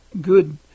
good